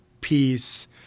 peace